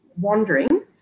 wandering